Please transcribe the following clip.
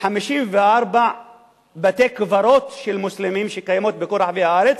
54 בתי-קברות של מוסלמים, שקיימים בכל רחבי הארץ.